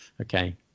Okay